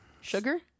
sugar